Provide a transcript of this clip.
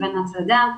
לבין הטרדה,